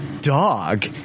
dog